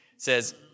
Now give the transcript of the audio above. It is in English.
says